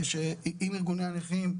עם ארגוני הנכים,